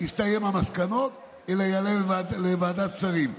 יסתיימו המסקנות אלא זה יעלה לוועדת שרים.